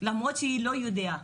למרות שהיא לא יהודייה.